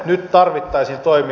nyt tarvittaisiin toimia